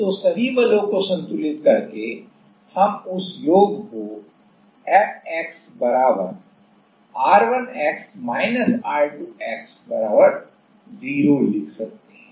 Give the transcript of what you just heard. तो सभी बलों को संतुलित करके हम उस योग को Fx R1x R2x 0 लिख सकते हैं